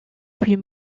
puis